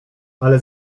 ale